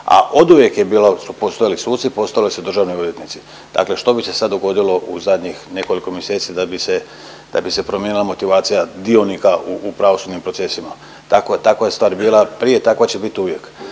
je bilo su postojali suci, postojali su državni odvjetnici. Dakle, što bi se sad dogodilo u zadnjih nekoliko mjeseci da bi se, da bi se promijenila motivacija dionika u pravosudnim procesima. Takva je stvar bila prije, takva je biti uvijek.